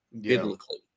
biblically